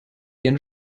ihren